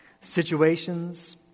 Situations